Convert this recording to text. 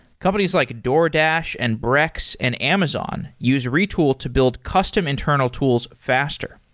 companies like a doordash, and brex, and amazon use retool to build custom internal tools faster.